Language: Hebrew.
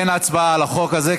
אין הצבעה על החוק הזה.